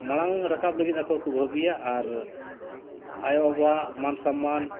ᱢᱟᱲᱟᱝ ᱨᱟᱠᱟᱵ ᱞᱟᱹᱜᱤᱫ ᱟᱠᱚ ᱦᱚᱸᱠᱚ ᱵᱷᱟᱹᱵᱤᱭᱟ ᱟᱨ ᱟᱭᱳ ᱵᱟᱵᱟᱣᱟᱜ ᱢᱟᱱ ᱥᱚᱱᱢᱟᱱ